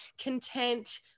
content